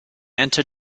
enter